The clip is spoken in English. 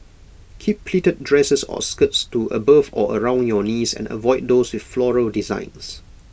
keep pleated dresses or skirts to above or around your knees and avoid those with floral designs